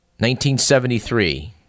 1973